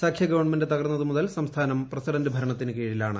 സഖ്യ ഗവണ്മെന്റ് തകർന്നതു മുതൽ സംസ്ഥാനം പ്രസിഡന്റ് ഭരണത്തിന് കീഴിലാണ്